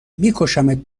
میکشمت